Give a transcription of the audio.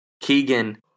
Keegan